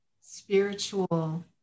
spiritual